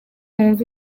wumve